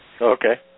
Okay